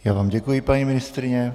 Já vám děkuji, paní ministryně.